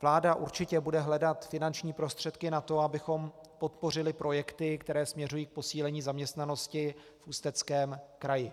Vláda určitě bude hledat finanční prostředky na to, abychom podpořili projekty, které směřují k posílení zaměstnanosti v Ústeckém kraji.